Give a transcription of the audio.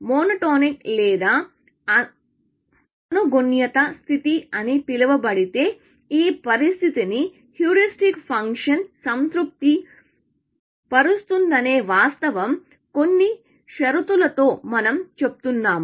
monotone లేదా అనుగుణ్యత స్థితి అని పిలువబడే ఈ పరిస్థితిని హ్యూరిస్టిక్ ఫంక్షన్ సంతృప్తి పరుస్తుందనే వాస్తవం కొన్ని షరతులతో మనం చెబుతున్నాము